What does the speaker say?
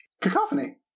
Cacophony